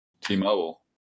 T-Mobile